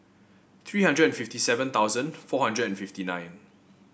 three hundred and fifty seven thousand four hundred and fifty nine